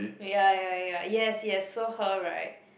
ya ya ya yes yes so her right